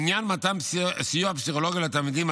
לעניין מתן סיוע פסיכולוגי לתלמידים,